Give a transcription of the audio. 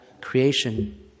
creation